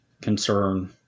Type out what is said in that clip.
concern